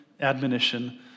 admonition